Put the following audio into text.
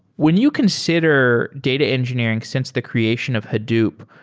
when you consider data engineering since the creation of hadoop,